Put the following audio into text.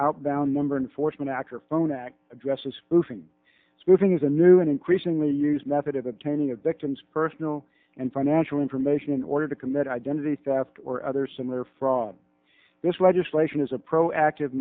outbound member unfortunate act or phone act addresses spoofing spoofing is a new and increasingly used method of obtaining a victim's personal and financial information in order to commit identity theft or other similar from this legislation is a proactive